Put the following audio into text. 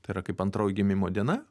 tai yra kaip antroji gimimo diena